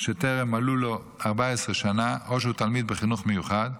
שטרם מלאו לו 14 שנה או שהוא תלמיד בחינוך המיוחד.